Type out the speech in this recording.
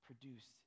produced